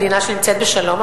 מדינה שנמצאת אתנו בשלום,